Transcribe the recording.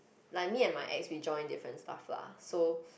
like me and my ex we join their fan stuff lah so